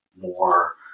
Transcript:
more